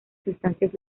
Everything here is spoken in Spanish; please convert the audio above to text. sustancias